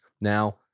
now